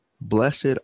Blessed